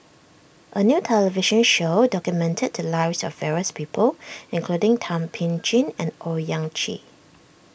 a new television show documented the lives of various people including Thum Ping Tjin and Owyang Chi